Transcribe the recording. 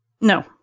No